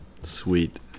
Sweet